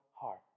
heart